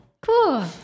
cool